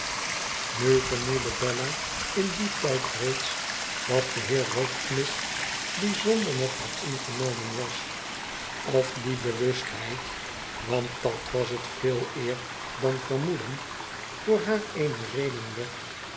nu vermoedde bella in dien tijd reeds dat de heer rokesmith bijzonder met haar ingenomen was of die bewustheid want dat was het veeleer dan vermoeden voor haar eene reden werd